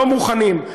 לא מוכנים,